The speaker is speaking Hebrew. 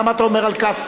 למה אתה אומר על קסטנר.